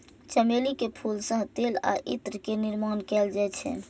चमेली के फूल सं तेल आ इत्र के निर्माण कैल जाइ छै